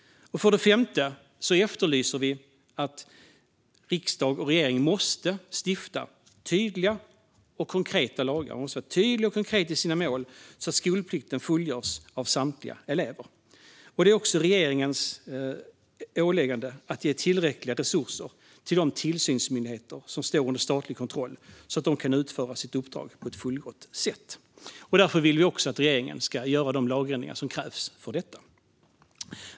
För det femte efterlyser vi att riksdag och regering stiftar tydliga och konkreta lagar. Man måste vara tydlig och konkret i sina mål så att skolplikten fullgörs av samtliga elever. Det är också regeringens åliggande att ge tillräckliga resurser till de tillsynsmyndigheter som står under statlig kontroll så att de kan utföra sitt uppdrag på ett fullgott sätt. Därför vill vi också att regeringen ska göra de lagändringar som krävs för detta.